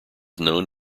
known